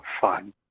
fun